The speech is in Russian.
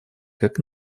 как